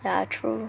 ya true